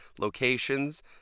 locations